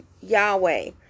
Yahweh